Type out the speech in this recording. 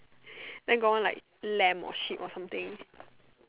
then one got like lamb or sheep or something